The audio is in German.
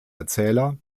erzähler